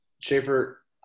Schaefer